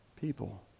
people